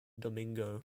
domingo